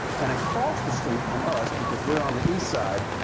and across the street from us, because we're on the east side,